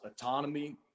autonomy